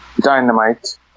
Dynamite